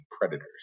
predators